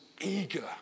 eager